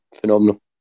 phenomenal